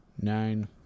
Nine